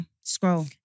scroll